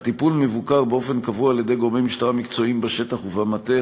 הטיפול מבוקר באופן קבוע על-ידי גורמי משטרה מקצועיים בשטח ובמטה.